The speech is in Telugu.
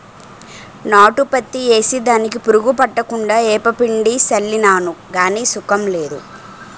నాటు పత్తి ఏసి దానికి పురుగు పట్టకుండా ఏపపిండి సళ్ళినాను గాని సుకం లేదు